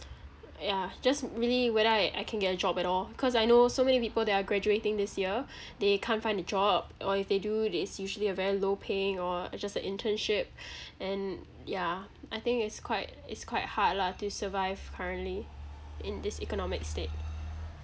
yeah just really whether I I can get a job at all cause I know so many people that are graduating this year they can't find a job or if they do then it's usually a very low paying or just a internship and yeah I think it's quite it's quite hard lah to survive currently in this economic state